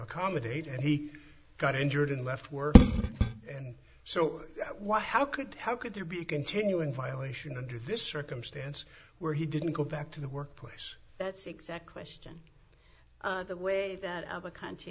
accommodate and he got injured and left work and so what how could how could there be a continuing violation under this circumstance where he didn't go back to the workplace that's the exact question the way that of a country